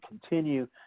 continue